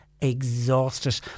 exhausted